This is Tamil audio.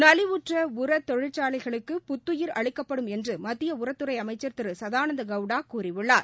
நலிவுற்ற உரத் தொழிற்சாலைகளுக்கு புத்துயிா் அளிக்கப்படும் என்று மத்திய உரத்துறை அமைச்சா் திரு சதானந்த கவுடா கூறியுள்ளார்